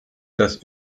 das